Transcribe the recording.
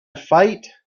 fight